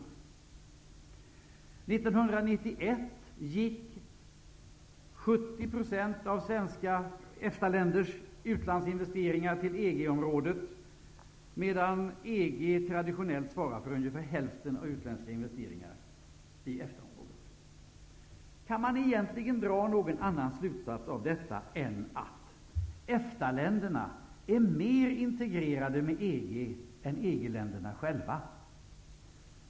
År 1991 gick 70 % av EFTA-ländernas utlandsinvesteringar till EG-området, medan EG traditionellt svarar för ungefär hälften av de utländska investeringarna i EFTA-området. Kan man egentligen dra någon annan slutsats av detta än att EFTA-länderna är mer integrerade med EG än EG-länderna själva?